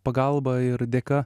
pagalba ir dėka